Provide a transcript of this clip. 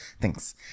Thanks